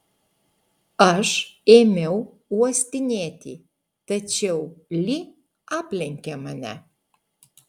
aš ėmiau uostinėti tačiau li aplenkė mane